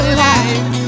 life